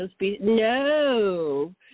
no